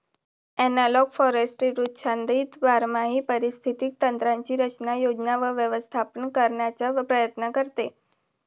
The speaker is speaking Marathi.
ॲनालॉग फॉरेस्ट्री वृक्षाच्छादित बारमाही पारिस्थितिक तंत्रांची रचना, योजना व व्यवस्थापन करण्याचा प्रयत्न करते